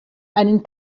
einen